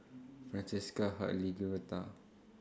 Francesca Hartley Georgetta